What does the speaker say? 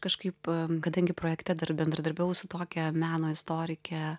kažkaip kadangi projekte dar bendradarbiavau su tokia meno istorike